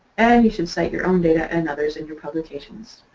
and you should cite your own data and others in your publications.